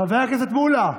חבר הכנסת מולא,